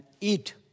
eat